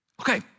Okay